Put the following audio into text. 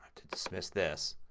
to dismiss this,